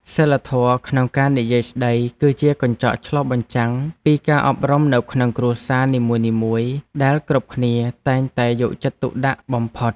សីលធម៌ក្នុងការនិយាយស្តីគឺជាកញ្ចក់ឆ្លុះបញ្ចាំងពីការអប់រំនៅក្នុងគ្រួសារនីមួយៗដែលគ្រប់គ្នាតែងតែយកចិត្តទុកដាក់បំផុត។